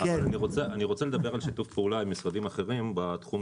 אני רוצה לדבר על שיתוף פעולה עם משרדים אחרים בתחום